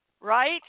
right